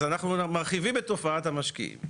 אז אנחנו מרחיבים את תופעת המשקיעים,